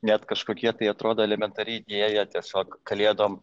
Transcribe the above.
net kažkokia tai atrodo elementari idėja tiesiog kalėdom